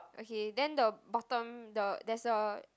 okay then the bottom the there's a